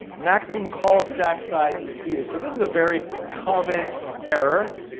maximum call stack size exceeded. so this is a very common error.